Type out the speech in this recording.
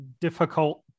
difficult